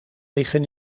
liggen